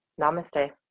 Namaste